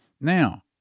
Now